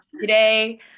today